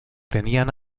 tenían